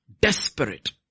desperate